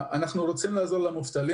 אנחנו רוצים לעזור למובטלים